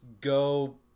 go